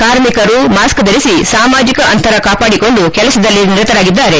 ಕಾರ್ಮಿಕರು ಮಾಸ್ಕ್ ಧರಿಸಿ ಸಾಮಾಜಿಕ ಅಂತರ ಕಾಪಾಡಿಕೊಂಡು ಕೆಲಸದಲ್ಲಿ ನಿರತರಾಗಿದ್ದಾರೆ